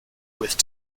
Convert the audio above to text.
with